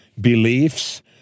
Beliefs